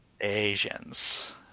Asians